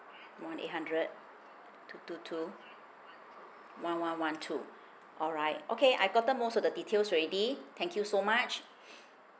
one eight hundred two two two one one one two alright okay I've gotten most of the details already thank you so much